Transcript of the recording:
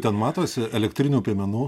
ten matosi elektrinių piemenų